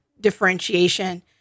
differentiation